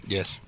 Yes